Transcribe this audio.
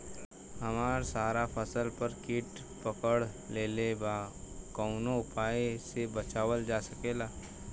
हमर सारा फसल पर कीट पकड़ लेले बा कवनो उपाय से बचावल जा सकेला?